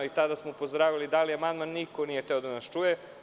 I tada smo upozoravali i dali amandman i niko nije hteo da nas čuje.